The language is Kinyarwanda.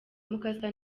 mukasa